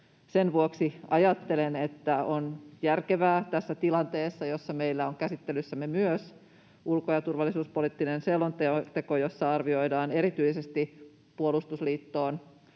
Sen vuoksi ajattelen, että on järkevää tässä tilanteessa, jossa meillä on käsittelyssämme myös ulko- ja turvallisuuspoliittinen selonteko, jossa arvioidaan erityisesti puolustusliittoon